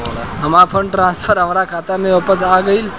हमार fund transfer हमार खाता में वापस आ गइल